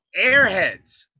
Airheads